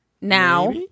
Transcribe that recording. now